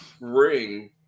ring